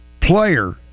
player